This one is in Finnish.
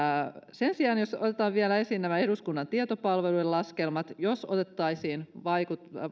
sen sijaan jos otetaan vielä esiin nämä eduskunnan tietopalvelun laskelmat jos otettaisiin